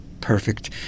perfect